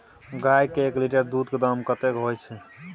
गाय के एक लीटर दूध के दाम कतेक होय छै?